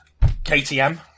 KTM